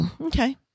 Okay